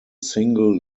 single